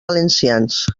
valencians